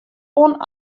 oan